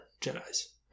Jedi's